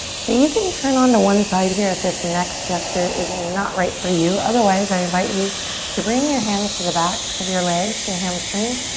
so you can turn onto one side here if this next gesture is not right for you otherwise i invite you to bring your hands to the backs of your legs, your hamstrings.